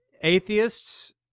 atheists